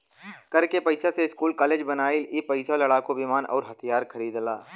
कर के पइसा से स्कूल कालेज बनेला ई पइसा से लड़ाकू विमान अउर हथिआर खरिदाला